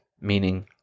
meaning